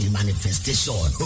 manifestation